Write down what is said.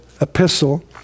epistle